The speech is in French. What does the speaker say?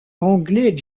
anglais